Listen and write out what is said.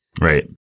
Right